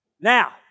Now